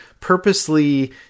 purposely